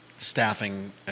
staffing